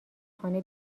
خانه